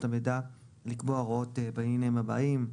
המידע לקבוע הוראות בעניינים הבאים: